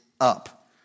up